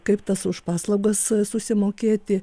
kaip tas už paslaugas susimokėti